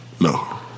No